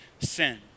sin